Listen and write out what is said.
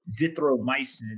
zithromycin